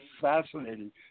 fascinating